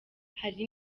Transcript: hari